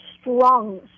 strong